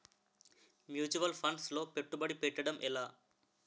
Mutual funds లో పెట్టుబడి పెట్టడం ఎలా?